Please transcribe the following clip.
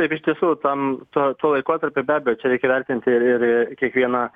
taip iš tiesų ten tuo tuo laikotarpiu be abejo čia reikia vertinti ir ir kiekvieną